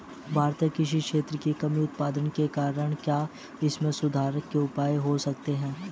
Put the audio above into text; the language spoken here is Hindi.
भारतीय कृषि क्षेत्र की कम उत्पादकता के क्या कारण हैं और इसे सुधारने के उपाय क्या हो सकते हैं?